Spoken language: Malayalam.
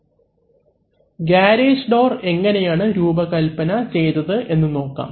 അവലംബിക്കുന്ന സ്ലൈഡ് സമയം 2143 ഗാരേജ് ഡോർ എങ്ങനെയാണ് രൂപകല്പന ചെയ്തത് എന്ന് നോക്കാം